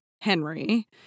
Henry